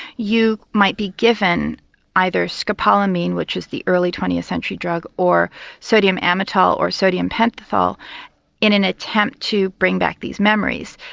you might be given either scopolamine, which is the early twentieth century drug, or sodium amytal or sodium pentothal in an attempt to bring back these memories.